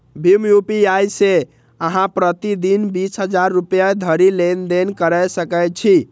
भीम UPI सं अहां प्रति दिन बीस हजार रुपैया धरि लेनदेन कैर सकै छी